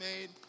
made